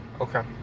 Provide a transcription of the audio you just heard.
okay